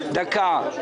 בקיצור.